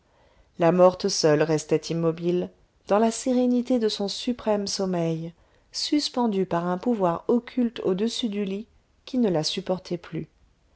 la morte seule restait immobile dans la sérénité de son suprême sommeil suspendue par un pouvoir occulte au-dessus du lit qui ne la supportait plus